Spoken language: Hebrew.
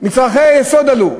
מחירי מצרכי היסוד עלו,